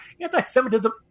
Anti-Semitism